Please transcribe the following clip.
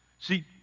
See